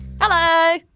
Hello